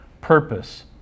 purpose